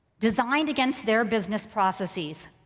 designed against their business processes.